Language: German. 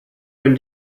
wenn